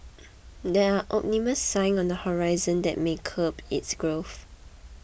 there are ominous signs on the horizon that may curb its growth